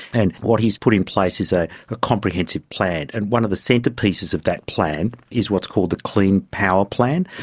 and what he has put in place is a ah comprehensive plan. and one of the centrepieces of that plan is what's called the clean power plan,